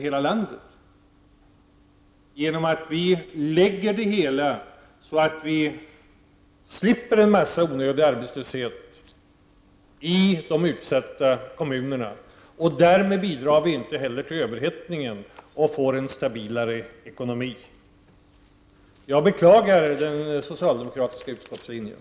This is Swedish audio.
Våra förslag innebär att vi slipper en massa onödig arbetslöshet i de utsatta kommunerna. Härigenom bidrar vi inte heller till överhettningen, utan våra förslag skapar en stabilare ekonomi. Jag beklagar den socialdemokratiska utskottslinjen.